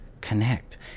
connect